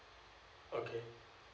okay